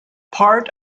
part